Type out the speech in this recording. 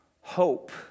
hope